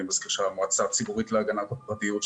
אני מזכיר של המועצה הציבורית להגנת הפרטיות,